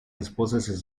esposas